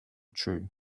true